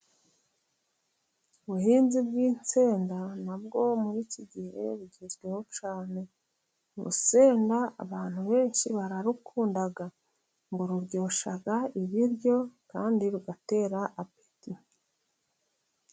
Ubuhinzi bw'insenda na bwo muri iki gihe bugezweho cyane, urusenda abantu benshi bararukunda ngo ruryoshya ibiryo kandi rugatera apeti.